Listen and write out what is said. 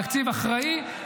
תקציב אחראי,